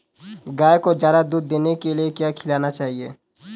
गाय को ज्यादा दूध देने के लिए क्या खिलाना चाहिए?